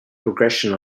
progression